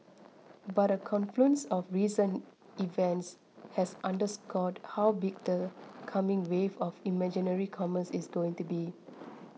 but a confluence of recent events has underscored how big the coming wave of imaginary commerce is going to be